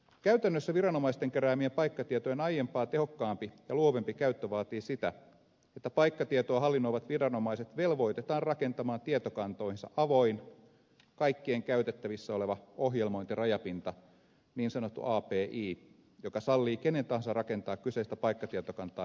käytännössä viranomaisten keräämien paikkatietojen aiempaa tehokkaampi ja luovempi käyttö vaatii sitä että paikkatietoa hallinnoivat viranomaiset velvoitetaan rakentamaan tietokantoihinsa avoin kaikkien käytettävissä oleva ohjelmointirajapinta niin sanottu api joka sallii kenen tahansa rakentaa kyseistä paikkatietokantaa hyödyntäviä palveluja